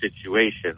situation